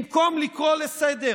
במקום לקרוא לסדר